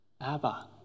Abba